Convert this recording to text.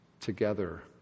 together